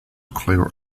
clear